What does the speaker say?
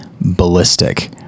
ballistic